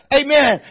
amen